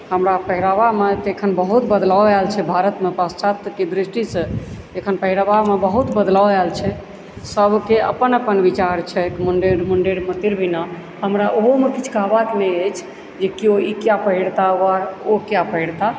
हमरा पहिरावामे तऽ अखन बहुत बदलाब आयल छै भारतमे पाश्चात्यके दृष्टिसँ अखन पहिरावामे बहुत बदलाब आयल छै सभके अपन अपन विचार छै मुण्डे मुण्डे मतिर्भिन्ना हमरा ओहोमे किछु कहबाक नहि अछि जे कियो ई किया पहिरता वा ओ किया पहिरता